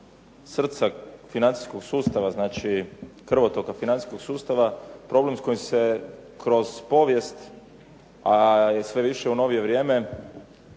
srce financijskog sustava, znači krvotoka financijskog sustava, problem s kojim se kroz povijest, a i sve više u novije vrijeme,